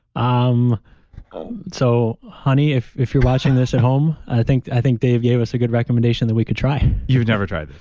um so honey, if if you're watching this at home, i think i think dave gave us a good recommendation that we could do try you've never tried this?